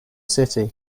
city